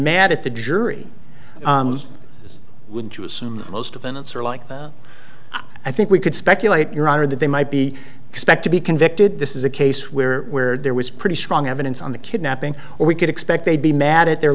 mad at the jury would you assume most defendants are like i think we could speculate your honor that they might be expect to be convicted this is a case where where there was pretty strong evidence on the kidnapping or we could expect they'd be mad at their